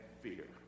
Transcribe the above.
fear